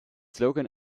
slogan